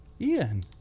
Ian